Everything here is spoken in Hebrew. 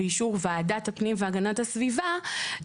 באישור ועדת הפנים והגנת הסביבה,